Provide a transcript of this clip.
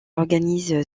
organise